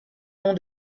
nom